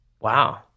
Wow